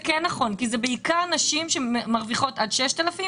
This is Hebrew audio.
זה כן נכון כי זה בעיקר נשים שמרוויחות עד 6,000 שקלים